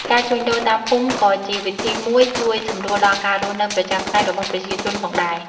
ការជួញដូរតាមភូមិក៏ជាវិធីមួយជួយសម្រួលដល់ការរស់នៅប្រចាំថ្ងៃរបស់ប្រជាជនផងដែរ។